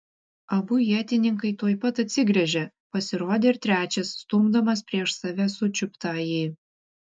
abu ietininkai tuoj pat atsigręžė pasirodė ir trečias stumdamas prieš save sučiuptąjį